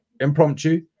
impromptu